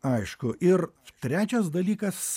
aišku ir trečias dalykas